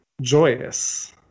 Joyous